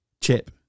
Chip